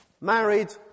married